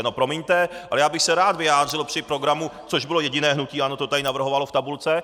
No promiňte, ale já bych se rád vyjádřil při programu, což bylo jediné hnutí ANO, to tady navrhovalo v tabulce.